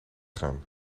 gaan